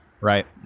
Right